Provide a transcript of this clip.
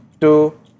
two